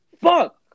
Fuck